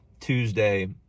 tuesday